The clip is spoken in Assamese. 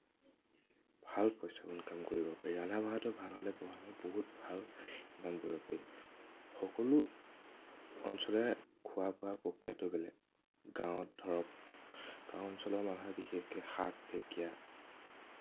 ভাল পইচা ইনকম কৰিব পাৰি ৰন্ধা বঢ়াটো ভাল হ'লে বহুত ভাল ইনকম কৰিব পাৰি সকলো অঞ্চলৰে খোৱা বোৱা প্ৰক্ৰিয়াটো বেলেগ গাঁৱত ধৰক গাঁও অঞ্চলৰ মানুহে বিশেষকে শাক ঢেকীয়া